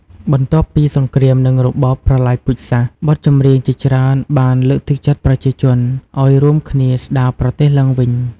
បន្ទាប់ពីសង្គ្រាម និងរបបប្រល័យពូជសាសន៍ បទចម្រៀងជាច្រើនបានលើកទឹកចិត្តប្រជាជនឱ្យរួមគ្នាស្ដារប្រទេសឡើងវិញ។